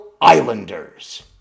Islanders